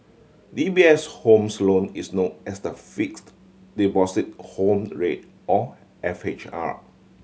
D B S homes loan is known as the Fixed Deposit Home Rate or F H R